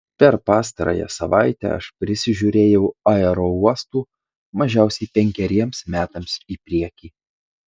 per pastarąją savaitę aš prisižiūrėjau aerouostų mažiausiai penkeriems metams į priekį